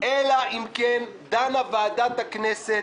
"אלא אם כן דנה ועדת הכנסת